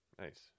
Nice